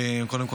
קודם כול,